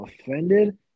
offended